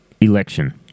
election